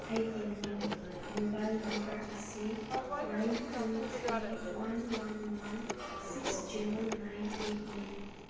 ꯑꯩꯒꯤ mobile number ꯑꯁꯤ nine two three one one one six zero nine ꯑꯦꯠꯅꯤ